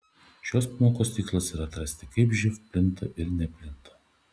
šios pamokos tikslas yra atrasti kaip živ plinta ir neplinta